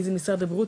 אם זה משרד הבריאות,